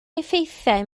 effeithiau